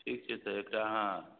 ठीक छै तऽ एकटा अहाँ